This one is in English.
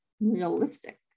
realistic